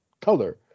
color